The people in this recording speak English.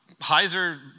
Heiser